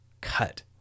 cut